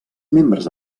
membres